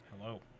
Hello